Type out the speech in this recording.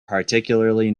particularly